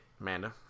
Amanda